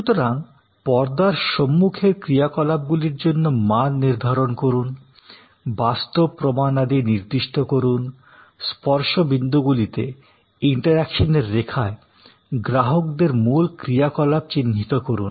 সুতরাং পর্দার সম্মুখের ক্রিয়াকলাপগুলির জন্য মান নির্ধারণ করুন বাস্তব প্রমাণাদি নির্দিষ্ট করুন স্পর্শ বিন্দুগুলিতে ইন্টারঅ্যাকশনের রেখায় গ্রাহকদের মূল ক্রিয়াকলাপ চিহ্নিত করুন